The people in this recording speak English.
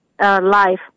life